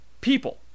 people